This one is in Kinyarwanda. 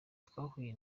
twahuye